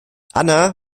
anna